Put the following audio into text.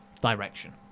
direction